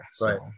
Right